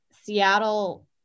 Seattle